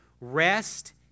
Rest